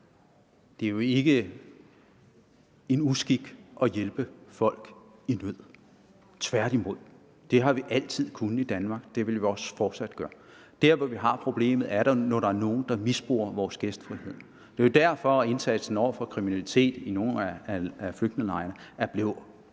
Det er jo ikke en uskik at hjælpe folk i nød, tværtimod. Det har vi altid kunnet i Danmark, og det vil vi også fortsat gøre. Der, hvor vi har problemet, er, når nogle misbruger vores gæstfrihed. Det er jo derfor, at indsatsen over for kriminalitet i nogle af flygtningelejrene er blevet kraftigt